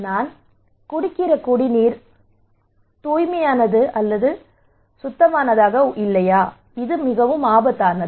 நான் குடிக்கிற குடிநீர் அல்ல அது உண்மையில் ஆபத்தானதா